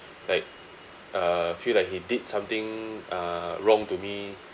like uh feel like he did something uh wrong to me